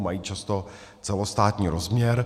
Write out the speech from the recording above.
Mají často celostátní rozměr.